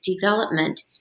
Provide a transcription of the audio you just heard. development